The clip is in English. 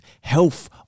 Health